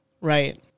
Right